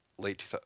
late